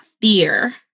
fear